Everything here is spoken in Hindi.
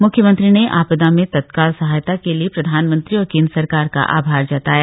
मुख्यमंत्री ने आपदा में तत्काल सहायता के लिए प्रधानमंत्री और केंद्र सरकार का आभार जताया